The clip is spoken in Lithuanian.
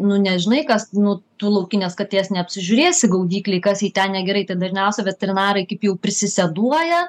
nu nežinai kas nu tu laukinės katės neapsižiūrėsi gaudyklėj kas jai ten negerai tai dažniausia veterinarai kaip jau prisiseduoja